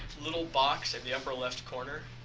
little box in the upper left corner